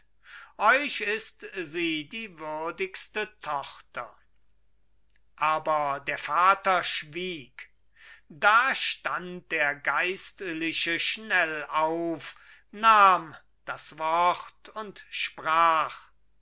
euch ist sie die würdigste tochter aber der vater schwieg da stand der geistliche schnell auf nahm das wort und sprach